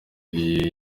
uyu